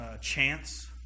chance